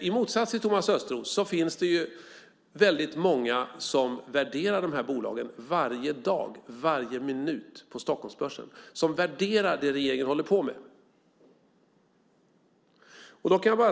I motsats till Thomas Östros finns det väldigt många som värderar de här bolagen varje dag, varje minut på Stockholmsbörsen, och som värderar det som regeringen håller på med.